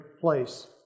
place